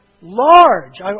large